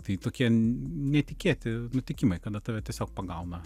tai tokie netikėti nutikimai kada tave tiesiog pagauna